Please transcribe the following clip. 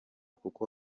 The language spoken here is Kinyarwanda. kuko